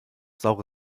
saure